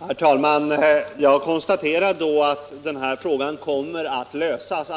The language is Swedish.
Herr talman! Jag konstaterar att detta problem kommer att lösas,